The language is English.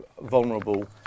vulnerable